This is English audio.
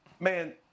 man